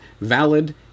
valid